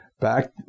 back